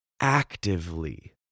actively